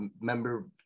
member